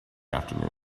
afternoon